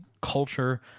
Culture